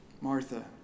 Martha